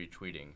retweeting